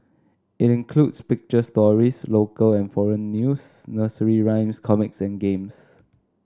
it includes picture stories local and foreign news nursery rhymes comics and games